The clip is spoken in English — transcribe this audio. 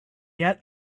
yet